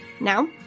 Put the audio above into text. Now